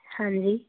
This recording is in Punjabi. ਹਾਂਜੀ